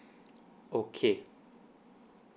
okay